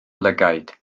lygaid